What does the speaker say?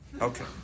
Okay